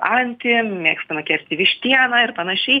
antį mėgstame kepti vištieną ir panašiai